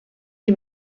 die